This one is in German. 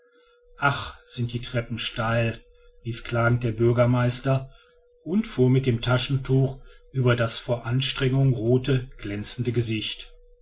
ach sind die treppen steil rief klagend der bürgermeister und fuhr mit dem taschentuch über das vor anstrengung rothe glänzende gesicht